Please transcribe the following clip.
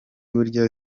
burya